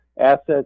assets